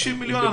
60 מיליון,